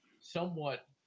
somewhat